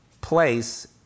place